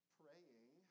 praying